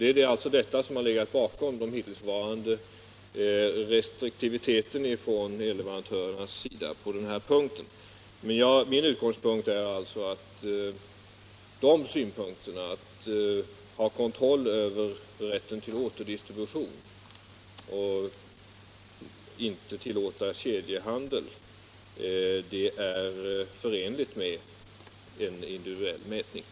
Det är alltså detta som har legat bakom den hittillsvarande restriktiviteten från ellevarantörernas sida. Min utgångspunkt är att de synpunkterna, att ha kontroll över rätten — Nr 136 till återdistribution och inte tillåta kedjehandel, inte hindrar en individuell Måndagen den